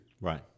Right